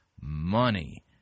money